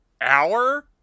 Hour